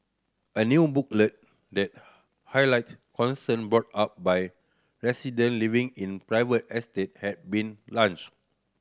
a new booklet that highlight concern brought up by resident living in private estate has been launched